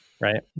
Right